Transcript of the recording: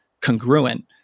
congruent